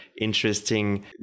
interesting